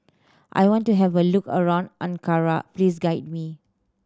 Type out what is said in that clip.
I want to have a look around Ankara please guide me